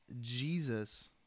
Jesus